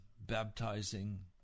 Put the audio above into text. baptizing